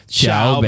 ciao